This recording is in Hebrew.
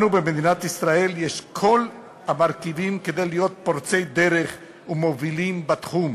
לנו במדינת ישראל יש כל המרכיבים כדי להיות פורצי דרך ומובילים בתחום: